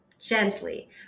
gently